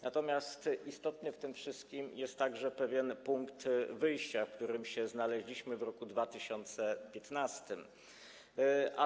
Natomiast istotny w tym wszystkim jest także pewien punkt wyjścia, w którym się znaleźliśmy w 2015 r.